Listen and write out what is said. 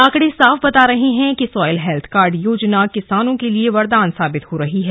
आंकड़े साफ बता रहे हैं कि सॉयल हैल्थ कार्ड योजना किसानों के लिये वरदान साबित हो रही है